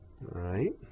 right